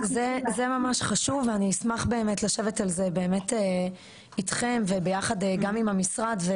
זה ממש חשוב ואני אשמח באמת לשבת על זה אתכם וביחד גם עם המשרד.